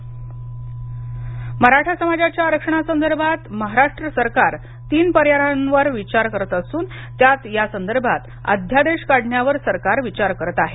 मराठा आरक्षण मराठा समाजाच्या आरक्षणा संदर्भात महाराष्ट्र सरकार तीन पर्यायांवर विचार करत असून त्यात यासंदर्भात अध्यादेश काढण्यावर सरकार विचार करत आहे